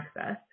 access